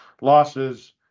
losses